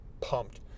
pumped